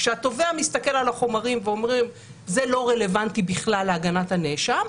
כשהתובע מסתכל על החומרים ואומרים שזה לא רלוונטי בכלל להגנת הנאשם,